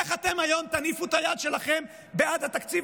איך תניפו היום את היד שלכם בעד התקציב